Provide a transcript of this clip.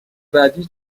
بعدی